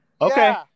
Okay